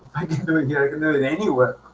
i can do it yeah like and it and anywhere